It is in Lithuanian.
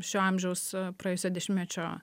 šio amžiaus praėjusio dešimečio